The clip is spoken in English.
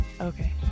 okay